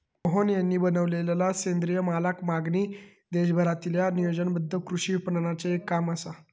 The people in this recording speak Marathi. मोहन यांनी बनवलेलला सेंद्रिय मालाक मागणी देशभरातील्या नियोजनबद्ध कृषी विपणनाचे एक काम असा